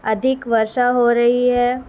ادھک ورشہ ہو رہی ہے